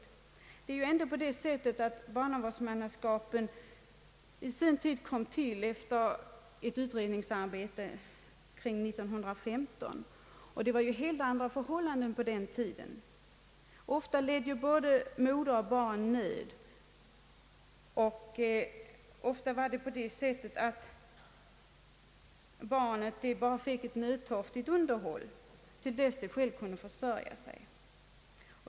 Det är dock så att barnavårdsmannainstitutionen på sin tid kom till efter ett utredningsarbete kring 1915. Det var ju helt andra förhållanden på den tiden. Ofta led ju både moder och barn nöd, och ofta fick barnet endast ett nödtorftigt underhåll till dess att det självt kunde försörja sig.